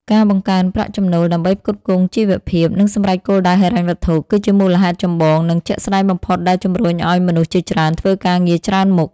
ការបង្កើនប្រាក់ចំណូលដើម្បីផ្គត់ផ្គង់ជីវភាព និងសម្រេចគោលដៅហិរញ្ញវត្ថុ គឺជាមូលហេតុចម្បង និងជាក់ស្តែងបំផុតដែលជំរុញឱ្យមនុស្សជាច្រើនធ្វើការងារច្រើនមុខ។